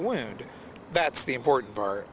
wound that's the important part